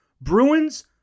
Bruins